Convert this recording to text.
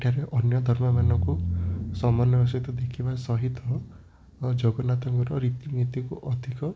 ଏହିଠାରେ ଅନ୍ୟ ଧର୍ମମାନଙ୍କୁ ସମନ୍ୱୟର ସହ ଦେଖିବା ସହିତ ଓ ଜଗନ୍ନାଥଙ୍କର ରୀତିନୀତିକୁ ଅଧିକ